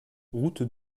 route